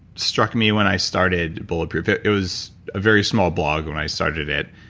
struck me when i started bulletproof. it it was a very small blog when i started it.